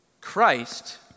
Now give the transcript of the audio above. Christ